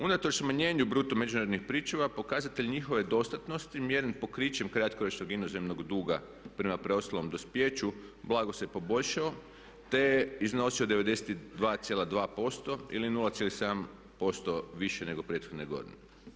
Unatoč smanjenju bruto međunarodnih pričuva pokazatelj njihove dostatnosti mjeren pokrićem kratkoročnog inozemnog duga prema preostalom dospijeću blago se poboljšao te je iznosio 92,2% ili 0,7% više nego prethodne godine.